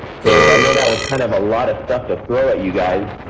so i know that was kind of a lot of stuff to throw at you guys.